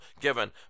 given